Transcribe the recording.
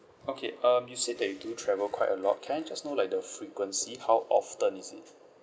okay um you said that you do travel quite a lot can I just know like the frequency how often is it